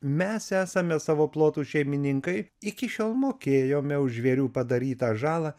mes esame savo plotų šeimininkai iki šiol mokėjome už žvėrių padarytą žalą